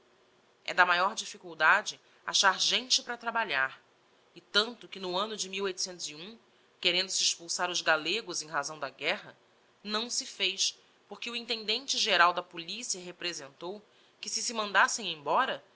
é da maior difficuldade achar gente para trabalhar e tanto que no anno de querendo-se expulsar os gallegos em razão da guerra não se fez porque o intendente geral da policia representou que se se mandassem embora